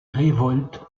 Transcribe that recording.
révolte